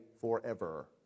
forever